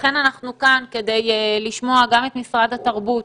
לכן אנחנו כאן, כדי לשמוע גם את משרד התרבות